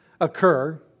occur